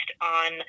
on